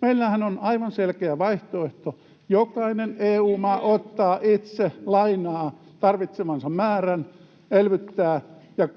Meillähän on aivan selkeä vaihtoehto: jokainen EU-maa ottaa itse lainaa tarvitsemansa määrän, elvyttää, ja